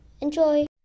Enjoy